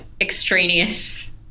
extraneous